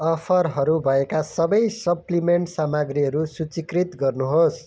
अफरहरू भएका सबै सप्लिमेन्ट सामग्रीहरू सूचीकृत गर्नुहोस्